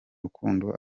rukundo